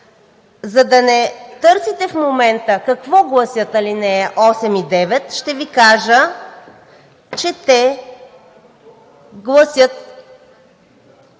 За да не търсите в момента какво гласят ал. 8 и 9 ще Ви кажа, че те гласят